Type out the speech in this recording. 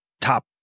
top